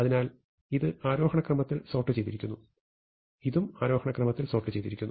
അതിനാൽ ഇത് ആരോഹണ ക്രമത്തിൽ സോർട്ട് ചെയ്തിരിക്കുന്നു ഇതും ആരോഹണ ക്രമത്തിൽ സോർട്ട് ചെയ്തിരിക്കുന്നു